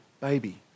baby